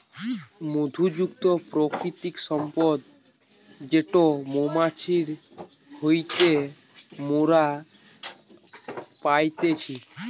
মধু যুক্ত প্রাকৃতিক সম্পদ যেটো মৌমাছি হইতে মোরা পাইতেছি